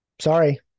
sorry